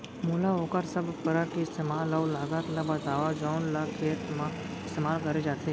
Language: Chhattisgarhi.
मोला वोकर सब उपकरण के इस्तेमाल अऊ लागत ल बतावव जउन ल खेत म इस्तेमाल करे जाथे?